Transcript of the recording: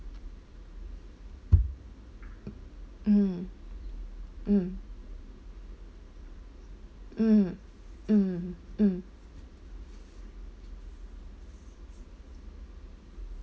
mm mm mm mm mm